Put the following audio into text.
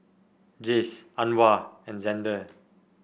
Jayce Anwar and Xander